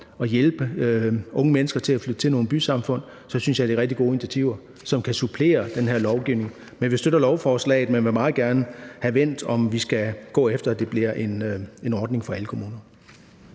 at hjælpe unge mennesker til at flytte til nogle bysamfund, synes jeg, det er nogle rigtig gode initiativer, som kan supplere den her lovgivning. Vi støtter lovforslaget, men vi vil meget gerne have vendt, om vi skal gå efter, at det bliver en ordning for alle kommuner.